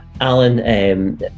Alan